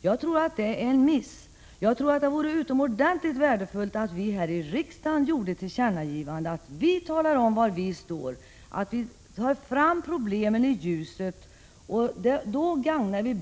Jag tror att det är en miss. Jag tror att det vore utomordentligt värdefullt att riksdagen gjorde ett tillkännagivande. Det är värdefullt att vi tar fram problemen i ljuset och talar om var vi står.